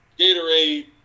Gatorade